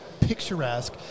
picturesque